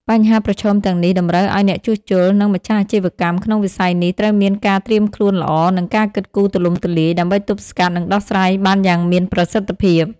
បញ្ហាប្រឈមទាំងនេះតម្រូវឲ្យអ្នកជួសជុល និងម្ចាស់អាជីវកម្មក្នុងវិស័យនេះត្រូវមានការត្រៀមខ្លួនល្អ និងការគិតទូលំទូលាយ ដើម្បីទប់ស្កាត់ និងដោះស្រាយបានយ៉ាងមានប្រសិទ្ធភាព។